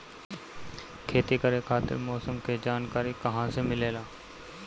खेती करे खातिर मौसम के जानकारी कहाँसे मिलेला?